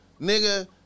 nigga